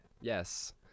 Yes